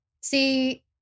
See